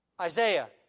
Isaiah